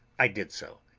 i did so.